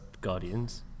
Guardians